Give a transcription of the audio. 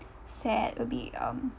sad will be um